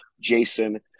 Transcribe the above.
Jason